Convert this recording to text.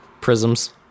prisms